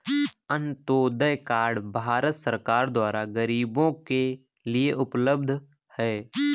Antyodaya card Bharat सरकार द्वारा गरीबो के लिए उपलब्ध है